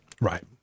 right